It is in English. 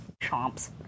chomps